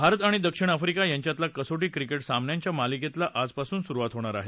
भारत आणि दक्षिण आफ्रिका यांच्यातल्या कसोष्त क्रिकेठ सामन्यांच्या मालिकेला आजपासून सुरूवात होणार आहे